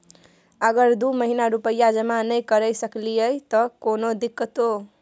अगर दू महीना रुपिया जमा नय करे सकलियै त कोनो दिक्कतों?